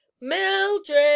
Mildred